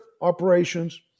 operations